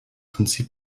prinzip